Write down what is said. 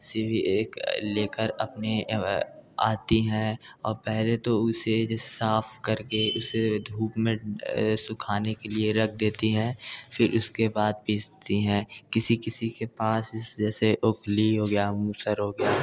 सी भी एक ले कर अपनी आती है और पहले तो उसे जिस साफ़ कर के उसे धूप में सुखाने के लिए रक देती हैं फिर इसके बाद पीसती हैं किसी किसी के पास जैसे ओखली हो गया मूसल हो गया